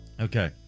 Okay